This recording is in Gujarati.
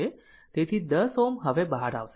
તેથી 10 Ω હવે બહાર આવશે